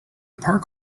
park